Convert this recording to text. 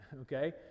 okay